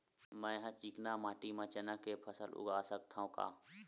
मै ह चिकना माटी म चना के फसल उगा सकथव का?